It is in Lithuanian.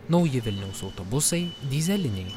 nauji vilniaus autobusai dyzeliniai